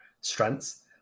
strengths